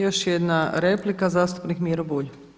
Još jedna replika, zastupnik Miro Bulj.